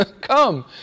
come